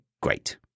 great